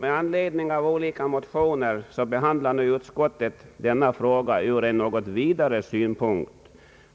Med anledning av olika motioner behandlar nu utskottet denna fråga ur en något vidare synpunkt